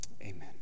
amen